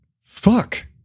fuck